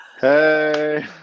Hey